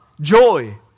joy